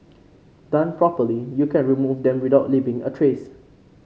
done properly you can remove them without leaving a trace